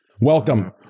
Welcome